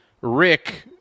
Rick